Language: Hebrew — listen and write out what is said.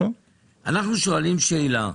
אנחנו שואלים שאלה.